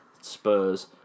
Spurs